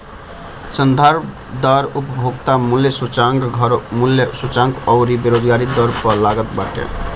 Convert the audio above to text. संदर्भ दर उपभोक्ता मूल्य सूचकांक, घर मूल्य सूचकांक अउरी बेरोजगारी दर पअ लागत बाटे